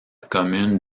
commune